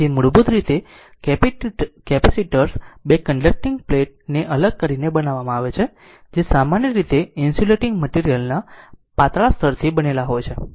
તેથી મૂળભૂત રીતે કેપેસિટર્સ બે કન્ડકટીંગ પ્લેટો ને અલગ કરીને બનાવવામાં આવે છે જે સામાન્ય રીતે ઇન્સ્યુલેટીંગ મટિરિયલ ના પાતળા સ્તરથી બનેલા હોય છે